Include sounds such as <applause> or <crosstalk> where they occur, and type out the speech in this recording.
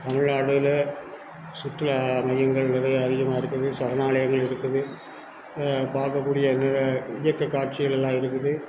தமிழ்நாடில் சுற்றுலா மையங்கள் நிறைய அதிகமாக இருக்குது சரணாலயங்கள் இருக்குது பார்க்கக்கூடிய <unintelligible> இயற்கை காட்சிகளெல்லாம் இருக்குது